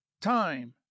time